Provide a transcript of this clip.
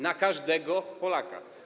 Na każdego Polaka.